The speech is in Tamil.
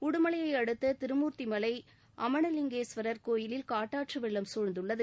உடுமலையை அடுத்த திருமூர்த்திமலை அமனலிங்கேஸ்வரர் கோயிலில் காட்டாற்று வெள்ளம் சூழ்ந்துள்ளது